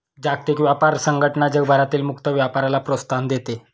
जागतिक व्यापार संघटना जगभरातील मुक्त व्यापाराला प्रोत्साहन देते